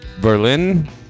Berlin